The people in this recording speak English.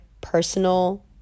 personal